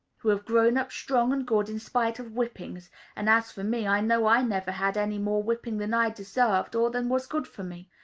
who have grown up strong and good, in spite of whippings and as for me, i know i never had any more whipping than i deserved, or than was good for me.